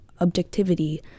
objectivity